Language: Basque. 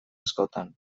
askotan